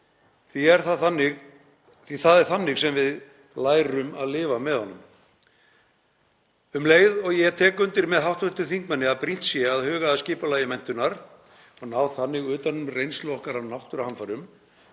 Það er þannig sem við lærum að lifa með honum. Um leið og ég tek undir með hv. þingmanni að brýnt sé að huga að skipulagi menntunar og ná þannig utan um reynslu okkar af náttúruhamförum